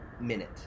minute